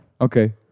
Okay